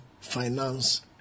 finance